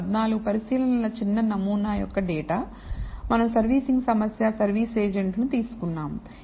ఇది 14 పరిశీలనల చిన్న నమూనా యొక్క డేటా మనం సర్వీసింగ్ సమస్య సర్వీస్ ఏజెంట్లు తీసుకున్నాము